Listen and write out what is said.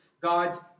God's